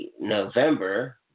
November